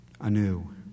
anew